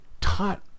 taught